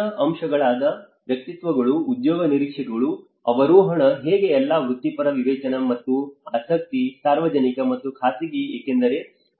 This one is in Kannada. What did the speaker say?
ಸ್ಥಳೀಯ ಅಂಶಗಳಾದ ವ್ಯಕ್ತಿತ್ವಗಳು ಉದ್ಯೋಗ ನಿರೀಕ್ಷೆಗಳು ಅವರೋಹಣ ಹೀಗೆ ಎಲ್ಲಾ ವೃತ್ತಿಪರ ವಿವೇಚನೆ ಮತ್ತು ಆಸಕ್ತಿ ಸಾರ್ವಜನಿಕ ಮತ್ತು ಖಾಸಗಿ ಏಕೆಂದರೆ